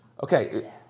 Okay